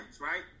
right